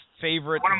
favorite